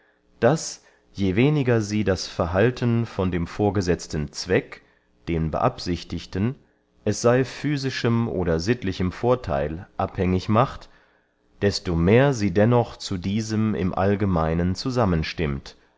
daß je weniger sie das verhalten von dem vorgesetzten zweck dem beabsichtigten es sey physischem oder sittlichem vortheil abhängig macht desto mehr sie dennoch zu diesem im allgemeinen